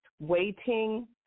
waiting